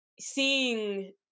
seeing